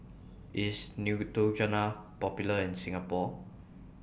IS Neutrogena Popular in Singapore